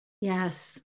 Yes